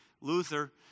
Luther